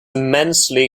immensely